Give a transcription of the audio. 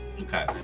Okay